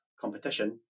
competition